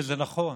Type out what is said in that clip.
וזה נכון.